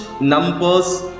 numbers